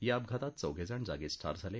या अपघातात चौघेजण जागीच ठार झाले